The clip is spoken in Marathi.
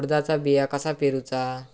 उडदाचा बिया कसा पेरूचा?